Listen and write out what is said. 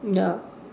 ya